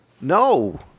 No